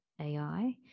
AI